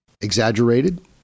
exaggerated